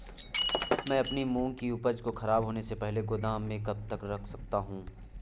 मैं अपनी मूंग की उपज को ख़राब होने से पहले गोदाम में कब तक रख सकता हूँ?